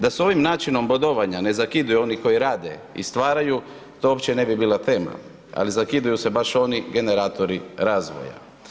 Da se ovim način bodovanja ne zakidaju oni koji rade i stvaraju, to uopće ne bi bila tema ali zakidaju se baš oni generatori razvoja.